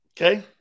Okay